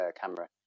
camera